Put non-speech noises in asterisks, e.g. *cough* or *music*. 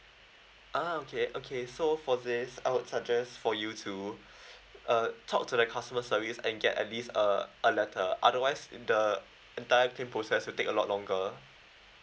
ah okay okay so for this I would suggest for you to *breath* uh talk to the customer service and get at least a a letter otherwise the entire claim process will take a lot longer